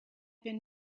been